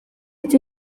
hitz